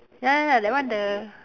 ya ya ya that one the